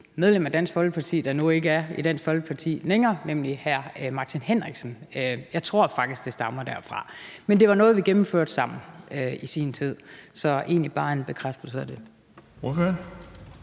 medlem af Dansk Folkeparti, der nu ikke længere er i Dansk Folkeparti, nemlig hr. Martin Henriksen. Jeg tror faktisk, at det stammede derfra, men det var noget, vi gennemførte sammen i sin tid. Så det var egentlig bare en bekræftelse af det.